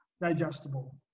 digestible